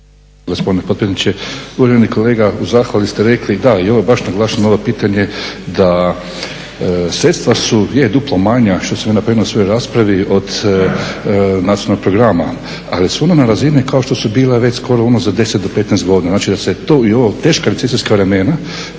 (HNS)** Gospodine potpredsjedniče, uvaženi kolega. U zahvali ste rekli da i ono baš naglašavam ovo pitanje da sredstva su je duplo manja što sam ja napomenuo u svojoj raspravi od nacionalnog programa, ali su ona na razini kao što su bila već skoro ono za deset do petnaest godina. Znači da se to i u ova teška recesijska vremena